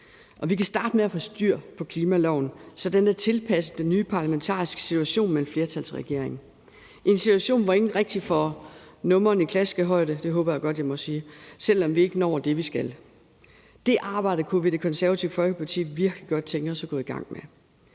Vi kan starte med at få styr på klimaloven, så den er tilpasset den nye parlamentariske situation med en flertalsregering. Det er en situation, hvor ingen rigtig får nummeren i klaskehøjde – det håber jeg at jeg godt må sige – selv om vi ikke når det, vi skal. Det arbejde kunne vi i Det Konservative Folkeparti virkelig godt tænke os at gå i gang med,